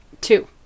two